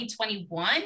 2021